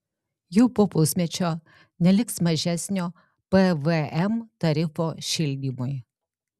jau po pusmečio neliks mažesnio pvm tarifo šildymui